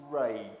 rage